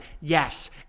Yes